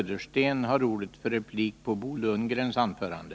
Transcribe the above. Denna replik får bara avse Paul Janssons anförande.